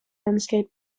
landscape